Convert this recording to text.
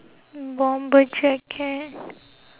bomber jacket